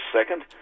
second